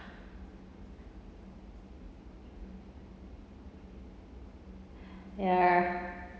ya